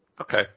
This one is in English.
Okay